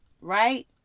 right